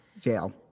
Jail